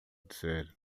dizer